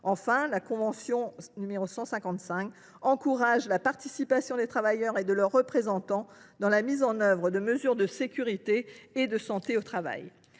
la convention n° 155 encourage la participation des travailleurs et de leurs représentants à la mise en œuvre de mesures de sécurité et de santé au travail.